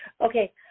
Okay